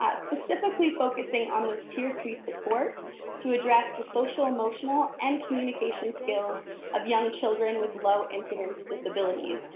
ah specifically focusing on those tier three supports to address the social-emotional and communication skills of young children with low incidence disabilities.